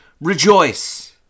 Rejoice